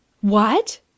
What